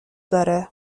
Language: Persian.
داره